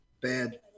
Bad